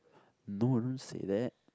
no I don't say that